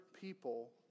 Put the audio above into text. people